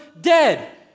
dead